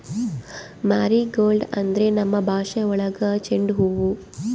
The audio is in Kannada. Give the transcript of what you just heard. ಮಾರಿಗೋಲ್ಡ್ ಅಂದ್ರೆ ನಮ್ ಭಾಷೆ ಒಳಗ ಚೆಂಡು ಹೂವು